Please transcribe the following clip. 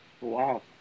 Wow